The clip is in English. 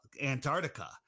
antarctica